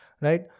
right